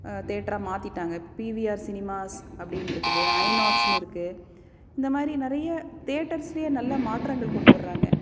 தேட்டராக மாத்திவிட்டாங்க P V R cinemas அப்படின்ருக்குது ஐநாக்ஸ்னு இருக்கு இந்த மாதிரி நிறைய தேட்டர்ஸ்லேயே நல்ல மாற்றங்கள் கொண்டு வர்றாங்க